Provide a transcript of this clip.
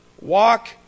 walk